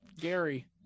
Gary